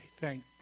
Thank